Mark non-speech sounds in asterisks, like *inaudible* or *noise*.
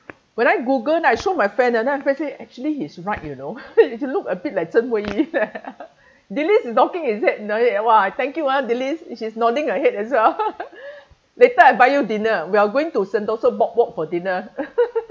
when I google and I show my friend and then my friend say actually he's right you know *laughs* you look a bit like zheng hui yu *laughs* delys is nodding her head nodding head !wah! thank you ah delys she's nodding her head as well *laughs* later I buy dinner we are going to sentosa walk walk for dinner *laughs*